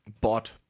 bought